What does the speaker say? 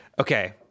Okay